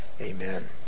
Amen